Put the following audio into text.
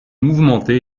mouvementée